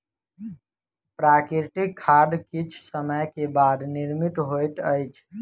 प्राकृतिक खाद किछ समय के बाद निर्मित होइत अछि